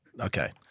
Okay